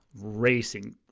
racing